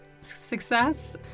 success